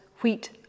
wheat